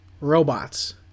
robots